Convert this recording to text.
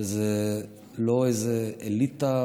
שזה לא איזו אליטה